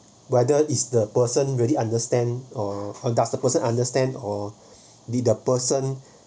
whether is the person really understand or does the person understand or really the person